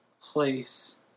place